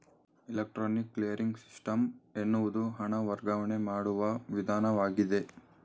electronic clearing system ಎನ್ನುವುದು ಹಣ ವರ್ಗಾವಣೆ ಮಾಡುವ ವಿಧಾನವಾಗಿದೆ